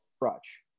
crutch